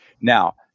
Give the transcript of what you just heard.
Now